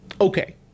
okay